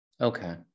Okay